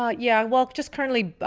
um yeah, well, just currently,